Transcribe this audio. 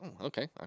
Okay